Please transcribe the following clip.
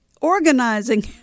organizing